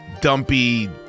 dumpy